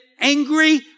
angry